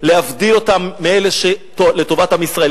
להבדיל אותם מאלה שלטובת עם ישראל,